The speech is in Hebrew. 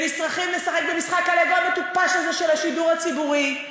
ונשרכים לשחק במשחק הלגו המטופש הזה של השידור הציבורי,